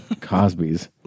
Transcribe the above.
Cosby's